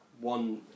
one